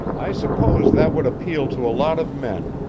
i suppose that would appeal to a lot of men,